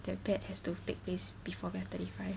that bet has to take place before we're thirty five